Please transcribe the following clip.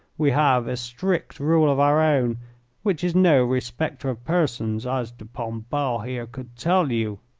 we have a strict rule of our own which is no respecter of persons, as de pombal here could tell you.